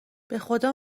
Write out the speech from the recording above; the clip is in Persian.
بخدا